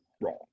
wrong